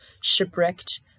shipwrecked